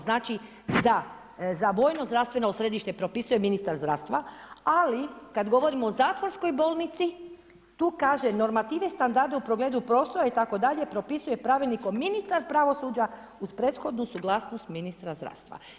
Znači za vojno zdravstveno središte propisuje ministar zdravstva, ali kad govorimo o zatvorskoj bolnici tu kaže: normative standarde u pogledu prostora itd. propisuje pravilnikom ministar pravosuđa uz prethodnu suglasnost ministra zdravstva.